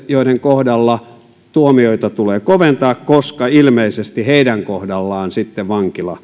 joiden kohdalla tuomioita tulee koventaa koska ilmeisesti heidän kohdallaan sitten vankila